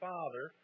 Father